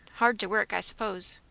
hard to work, i s'pose.